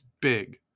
big